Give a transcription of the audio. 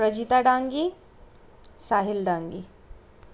Prajita Dangi Sahil Dangi